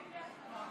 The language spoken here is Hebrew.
בעד,